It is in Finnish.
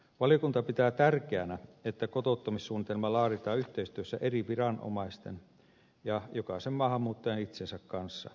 valiokunta pitää tärkeänä että kotouttamissuunnitelma laaditaan yhteistyössä eri viranomaisten ja jokaisen maahanmuuttajan itsensä kanssa